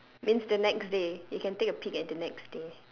means the next day you can take a peek at the next day